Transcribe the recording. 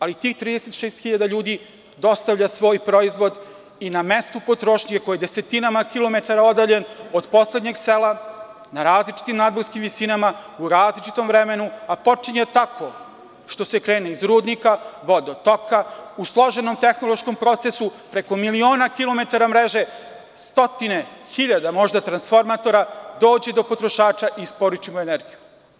Ali tih 36 hiljada ljudi dostavlja svoj proizvod i na mestu potrošnje koji je desetinama kilometara odaljen od poslednjeg sela, na različitim nadmorskim visinama, u različitom vremenu, a počinje tako što se krene iz rudnika, vodotoka, u složenom tehnološkom procesu, preko miliona kilometara mreže, stotine hiljada, možda, transformatora dođe do potrošača i isporuči mu energiju.